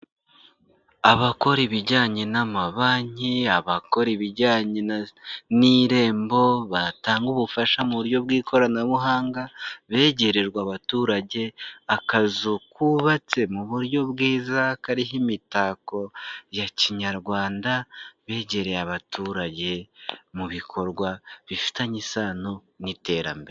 Abakora ibijyanye n'amabanki, abakora ibijyanye n'irembo, batanga ubufasha mu buryo bw'ikoranabuhanga, begererwa abaturage, akazu kubabatse mu buryo bwiza kariho imitako ya kinyarwanda, begereye abaturage mu bikorwa bifitanye isano n'iterambere.